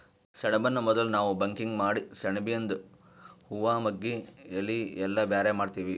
ಸೆಣಬನ್ನ ಮೊದುಲ್ ನಾವ್ ಬಕಿಂಗ್ ಮಾಡಿ ಸೆಣಬಿಯಿಂದು ಹೂವಾ ಮಗ್ಗಿ ಎಲಿ ಎಲ್ಲಾ ಬ್ಯಾರೆ ಮಾಡ್ತೀವಿ